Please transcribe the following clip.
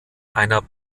einer